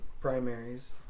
primaries